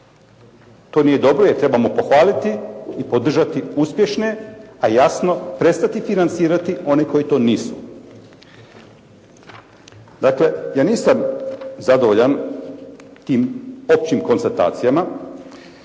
To nije dobro. Jer trebamo pohvaliti i držati uspješne, a jasno prestati financirati one koji to nisu. Dakle, ja nisam zadovoljan tim općim konstatacijama,